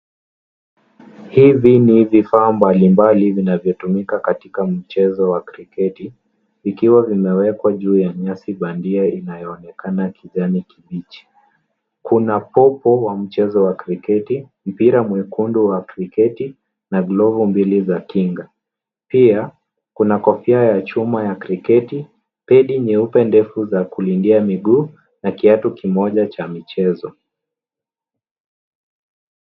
Hivi ni vifaa mbalimbali vinavyotumika katika mchezo wa kriketi, vikiwa vimewekwa juu ya nyasi bandia inayoonekana kijani kibichi. Kuna popo wa mchezo wa kriketi, mpira mwekundu wa kriketi na glovo mbili za kinga. Pia kuna kofia ya chuma ya kriketi, pedi nyeupe ndefu ya kulindia miguu na kiatu kimoja cha michezo.